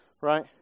right